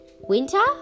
winter